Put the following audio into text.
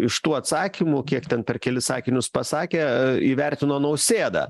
iš tų atsakymų kiek ten per kelis sakinius pasakė įvertino nausėdą